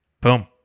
Boom